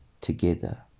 together